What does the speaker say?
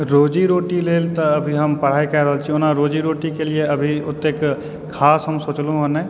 रोजी रोटीलेल तऽ अभी हम पढ़ाइ कए रहल छी लेकिन ओना रोजी रोटीके लिए अभी ओतेक खास हम सोचलहुँ हँ नहि